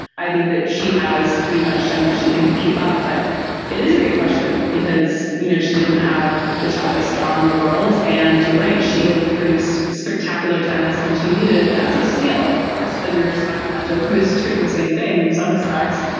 i think that she has pretty much shown that she can keep up. but it is a good question, because, you know, she didn't have the toughest draw in the world. and you're right, she only produced spectacular tennis when she needed it. that's a skill, of course. and we were just talking about, joe, this treat the same thing in some respects,